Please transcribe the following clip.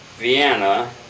Vienna